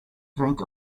drink